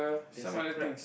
there's a crab